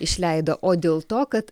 išleido o dėl to kad